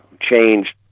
Changed